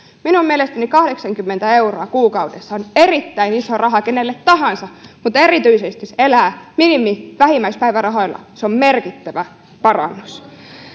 minun mielestäni kahdeksankymmentä euroa kuukaudessa on erittäin iso raha kenelle tahansa mutta erityisesti jos elää minimi vähimmäispäivärahoilla se on merkittävä parannus